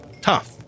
tough